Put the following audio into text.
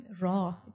raw